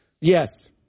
Yes